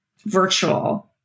virtual